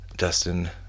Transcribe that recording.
Dustin